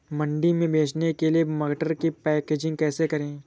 मंडी में बेचने के लिए मटर की पैकेजिंग कैसे करें?